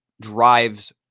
drives